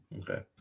Okay